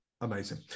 amazing